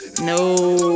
No